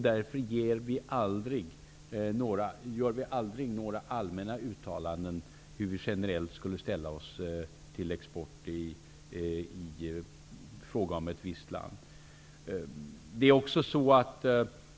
Därför gör vi aldrig några allmänna uttalanden om hur vi generellt skulle ställa oss till export till ett visst land.